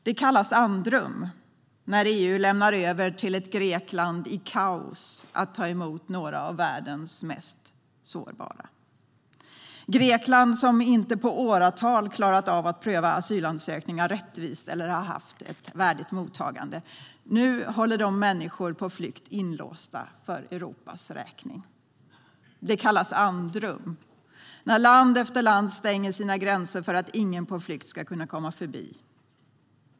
Det kallas andrum när EU lämnar över till ett Grekland i kaos att ta emot några av världens mest sårbara. Grekland har inte på åratal klarat av att pröva asylansökningar rättvist eller haft ett värdigt mottagande. Nu håller de människor på flykt inlåsta för Europas räkning. Det kallas andrum när land efter land stänger sina gränser för att ingen på flykt ska kunna komma förbi.